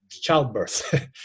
childbirth